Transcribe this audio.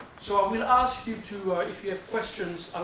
so i will ask you to, like if you have questions,